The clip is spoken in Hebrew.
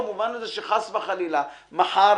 אם חס וחלילה מחר